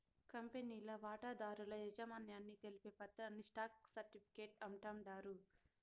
కంపెనీల వాటాదారుల యాజమాన్యాన్ని తెలిపే పత్రాని స్టాక్ సర్టిఫీకేట్ అంటాండారు